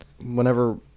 whenever